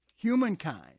Humankind